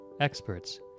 experts